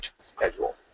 schedule